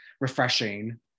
refreshing